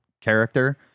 character